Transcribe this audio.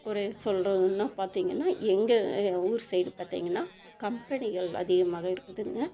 ஒரு சொல்றதுன்னா பார்த்திங்கன்னா எங்கள் ஊர் சைடு பார்த்திங்கன்னா கம்பெனிகள் அதிகமாக இருக்குதுங்க